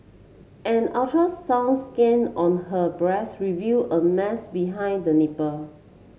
an ultrasound scan on her breast revealed a mass behind the nipple